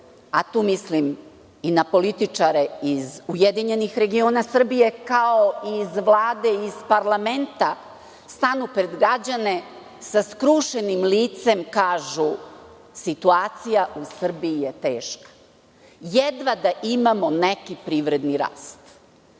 a tu mislim i na političare iz URS, kao i iz Vlade i parlamenta, stanu pred građane, sa skrušenim licem kažu – situacija u Srbiji je teška, jedva da imamo neki privredni rast.